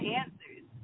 answers